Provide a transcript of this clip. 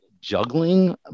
juggling